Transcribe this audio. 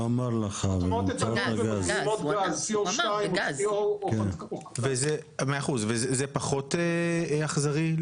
אוטמות את הלול ומזרימות גז, C02. זה פחות אכזרי?